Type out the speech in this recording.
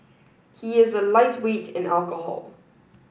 he is a lightweight in alcohol